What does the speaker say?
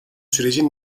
süreci